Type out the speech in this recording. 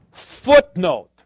Footnote